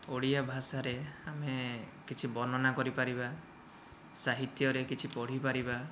ଓଡ଼ିଆ ଭାଷାରେ ଆମେ କିଛି ବର୍ଣ୍ଣନା କରିପାରିବା ସାହିତ୍ୟରେ କିଛି ପଢ଼ିପାରିବା